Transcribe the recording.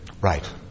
right